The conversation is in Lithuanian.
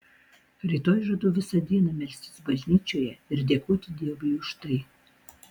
rytoj žadu visą dieną melstis bažnyčioje ir dėkoti dievui už tai